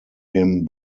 him